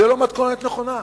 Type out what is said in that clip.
זו לא מתכונת נכונה.